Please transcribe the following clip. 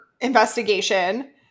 investigation